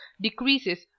decreases